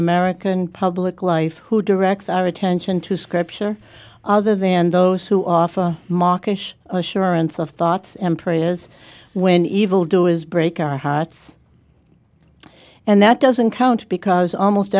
american public life who directs our attention to scripture other than those who offer a mocking assurance of thoughts and prayers when evil do is break our hearts and that doesn't count because almost